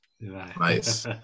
nice